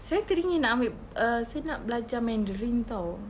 saya teringin nak ambil err saya nak belajar mandarin [tau]